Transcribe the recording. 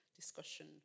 discussion